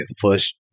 first